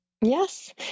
Yes